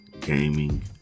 gaming